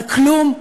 אבל כלום,